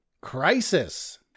Crisis